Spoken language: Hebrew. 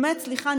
באמת סליחה,